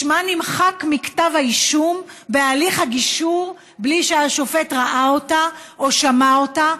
שמה נמחק מכתב האישום בהליך הגישור בלי שהשופט ראה אותה או שמע אותה,